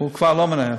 הוא כבר לא מנהל.